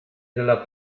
della